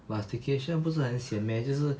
but staycation 不是很 sian meh 就是